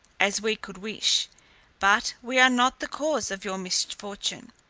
as we could wish but we are not the cause of your misfortune.